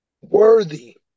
worthy